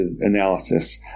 analysis